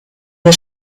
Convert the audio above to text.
the